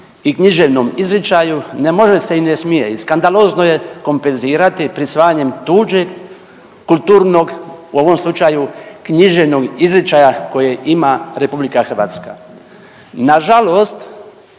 i književnom izričaju ne može se i ne smije, skandalozno je kompenzirati prisvajanjem tuđeg kulturnog, u ovom slučaju književnog izričaja kojeg ima RH. Nažalost,